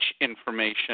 information